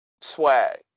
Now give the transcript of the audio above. Swag